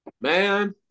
man